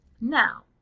Now